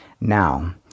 Now